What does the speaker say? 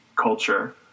culture